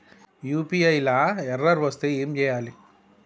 UPI లా error వస్తే ఏం చేయాలి?